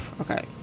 okay